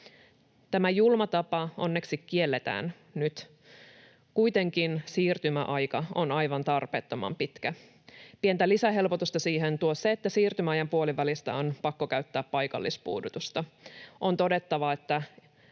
Tämä julma tapa onneksi kielletään nyt. Kuitenkin siirtymäaika on aivan tarpeettoman pitkä. Pientä lisähelpotusta siihen tuo se, että siirtymäajan puolivälistä on pakko käyttää paikallispuudutusta. On todettava, että